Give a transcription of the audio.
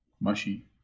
mushy